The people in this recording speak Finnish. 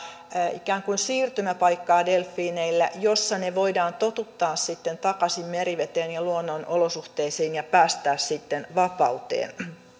ikään kuin siirtymäpaikkaa delfiineille jossa ne voidaan totuttaa sitten takaisin meriveteen ja luonnon olosuhteisiin ja päästää sitten vapauteen